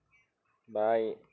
bye